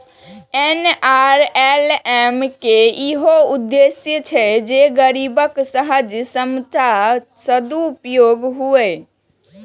NRLM के इहो उद्देश्य छै जे गरीबक सहज क्षमताक सदुपयोग हुअय